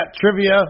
trivia